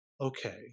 okay